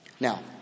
Now